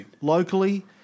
locally